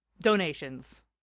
donations